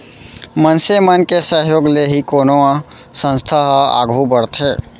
मनसे मन के सहयोग ले ही कोनो संस्था ह आघू बड़थे